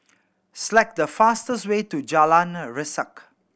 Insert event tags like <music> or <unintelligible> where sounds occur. select the fastest way to Jalan <unintelligible> Resak